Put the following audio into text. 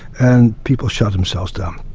and people shut themselves down.